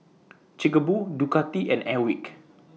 Chic A Boo Ducati and Airwick